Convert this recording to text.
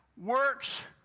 works